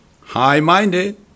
high-minded